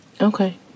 Okay